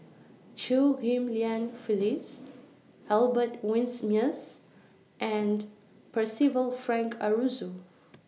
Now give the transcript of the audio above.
Chew Ghim Lian Phyllis Albert Winsemius and Percival Frank Aroozoo